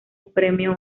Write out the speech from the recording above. premio